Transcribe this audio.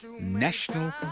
national